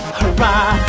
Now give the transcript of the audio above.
hurrah